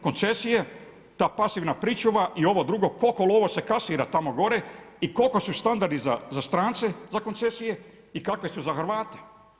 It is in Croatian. Koncesije, ta pasivna pričuva i ovo drugo koliko love se kasira tamo gore i koliko su standardi za strance za koncesije i kakve su za Hrvate.